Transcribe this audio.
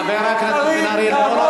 חבר הכנסת בן-ארי, לא להפריע בבקשה.